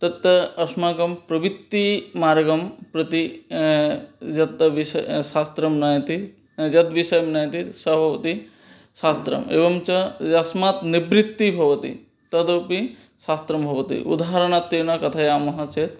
तत् अस्माकं प्रवृत्तिमार्गं प्रति यत् विश शास्त्रं नयति यद्विषयं नयति सः भवति शास्त्रम् एवं च यस्मात् निवृत्तिः भवति तदपि शास्त्रं भवति उदाहरणत्त्वेन कथयामः चेत्